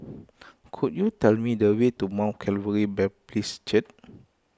could you tell me the way to Mount Calvary Baptist Church